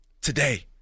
today